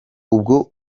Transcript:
ubwo